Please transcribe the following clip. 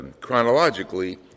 chronologically